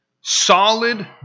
solid